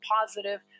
positive